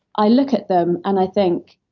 i look at them and i think,